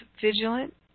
vigilant